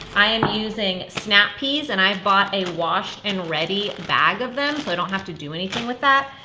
i am using snap peas, and i have bought a washed and ready bag of them, so i don't have to do anything with that.